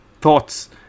thoughts